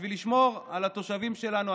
בשביל לשמור על התושבים שלנו,